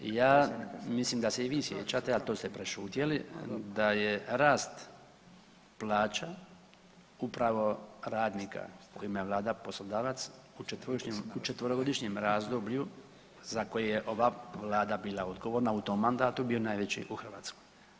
Ja, mislim da se i vi sjećate, a to ste prešutjeli da je rast plaća upravo radnika kojima je Vlada poslodavac u 4-godišnjem razdoblju za koje je ova Vlada bila odgovorna, u tom mandatu bio najveći u Hrvatskoj.